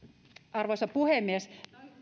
arvoisa puhemies oli hyvä että tämä keskustelu